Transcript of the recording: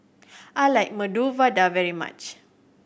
I like Medu Vada very much